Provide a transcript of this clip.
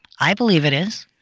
i believe it is.